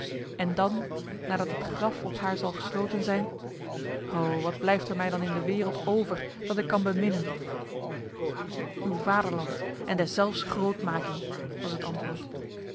en dan nadat het graf op haar zal gesloten zijn ho wat blijft er mij dan in de wereld over dat ik kan beminnen uw vaderland en deszelfs grootmaking was het antwoord